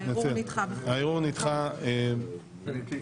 הערעור נדחה בכל מקרה.